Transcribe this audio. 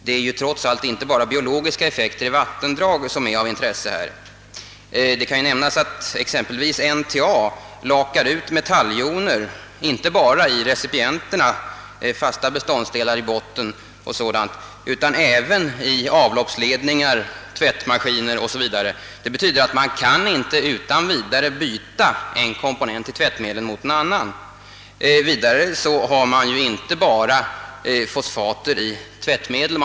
Det är ju trots allt inte bara biologiska effekter i vattendrag som är av intresse. Det kan nämnas att exempelvis NTA lakar ut metalljoner inte endast i recipienterna — ur t.ex. fasta beståndsdelar i botten — utan även i avloppsledningar, tvättmaskiner o.s.v. Det betyder att man inte utan vidare kan byta en komponent i tvättmedel mot en annan. Vidare finns det ju inte bara tvättmedelsfosfater att ta hänsyn till.